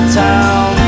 town